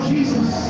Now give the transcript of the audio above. Jesus